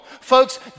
Folks